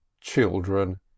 children